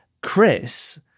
Chris